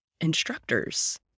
instructors